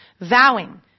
vowing